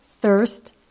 thirst